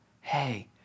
hey